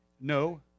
No